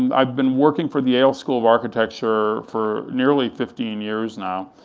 and i've been working for yale school of architecture, for nearly fifteen years now,